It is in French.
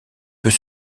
peut